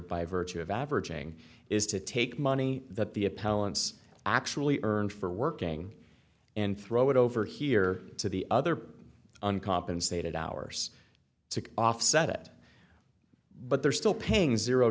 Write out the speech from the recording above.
by virtue of averaging is to take money that the appellant's actually earned for working and throw it over here to the other uncompensated hours to offset it but they're still paying zero